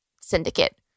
syndicate